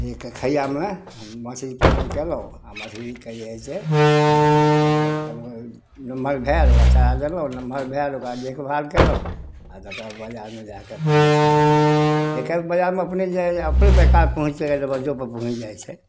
एक खाइयामे हम मछली पालन केलहुॅं आ मछलीके जे छै देख कऽ नमहर भेल ओकरा चढ़ै देलहुॅं नमहर भेल ओकर बाद देखभाल केलहुॅं आ तकर बाद बाजारमे जाकऽ अपन बेचलहुॅं एकर बजारमे अपने आप पैकार पहुँच जाइ छै दरबजो पर पहुँच जाइ छै